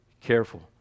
careful